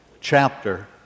chapter